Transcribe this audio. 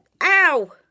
Ow